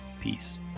Peace